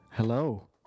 Hello